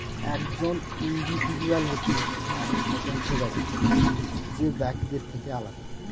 একজন ইন্ডিভিজুয়াল হচ্ছে এক স্বতন্ত্র ব্যক্তি যে বাকিদের থেকে আলাদা